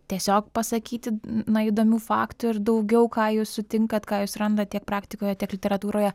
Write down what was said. tiesiog pasakyti na įdomių faktų ir daugiau ką jūs sutinkat ką jūs randat tiek praktikoje tiek literatūroje